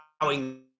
allowing